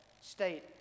state